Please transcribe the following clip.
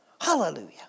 Hallelujah